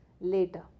later